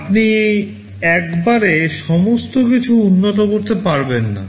আপনি একবারে সমস্ত কিছু উন্নত করতে পারবেন না